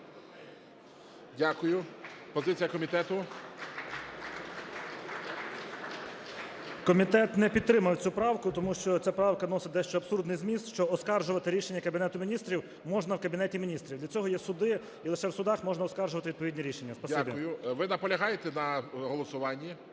Дякую. Позиція комітету. 13:50:20 ГЕРУС А.М. Комітет не підтримав цю правку, тому що ця правка носить дещо абсурдний зміст, що оскаржувати рішення Кабінету Міністрів можна в Кабінеті Міністрів. Для цього є суди і лише в судах можна оскаржувати відповідні рішення. Спасибі. ГОЛОВУЮЧИЙ. Дякую. Ви наполягаєте на голосуванні?